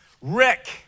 Rick